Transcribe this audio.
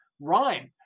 rhyme